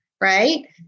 right